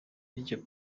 bityo